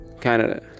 Canada